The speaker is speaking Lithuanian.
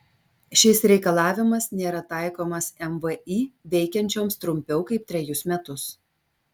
šis reikalavimas nėra taikomas mvį veikiančioms trumpiau kaip trejus metus